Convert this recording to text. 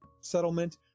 settlement